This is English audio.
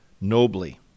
nobly